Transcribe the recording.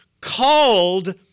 called